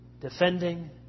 defending